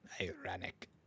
ironic